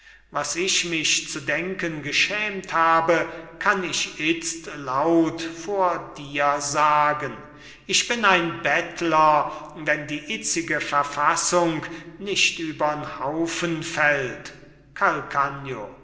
was ich mich zu denken geschämt habe kann ich itzt laut vor dir sagen ich bin ein bettler wenn die itzige verfassung nicht übern haufen fällt